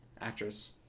actress